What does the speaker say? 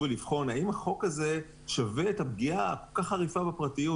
ולבחון האם החוק הזה שווה את הפגיעה הכול כך חריפה בפרטיות,